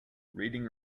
reading